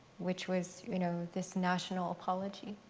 which was you know this national apology,